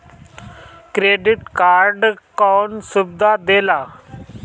Credit card कौन सुबिधा देला?